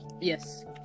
Yes